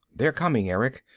they're coming, erick.